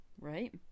Right